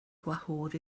gwahodd